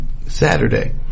Saturday